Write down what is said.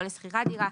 לא לשכירת דיור,